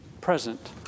present